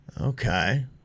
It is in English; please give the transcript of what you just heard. Okay